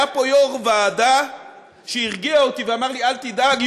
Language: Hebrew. היה פה יו"ר ועדה שהרגיע אותי ואמר לי: אל תדאג,